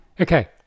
Okay